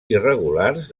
irregulars